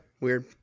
weird